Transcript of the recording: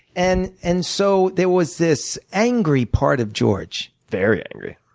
and and so there was this angry part of george. very angry.